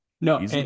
No